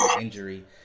injury